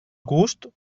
gust